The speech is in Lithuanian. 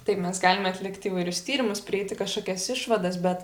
taip mes galime atlikti įvairius tyrimus prieiti kažkokias išvadas bet